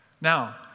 Now